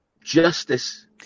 justice